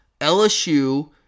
LSU